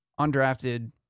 Undrafted